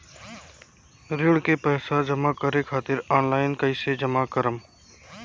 ऋण के पैसा जमा करें खातिर ऑनलाइन कइसे जमा करम?